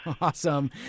awesome